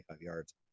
yards